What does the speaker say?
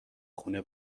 خونه